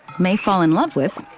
may fall in love with,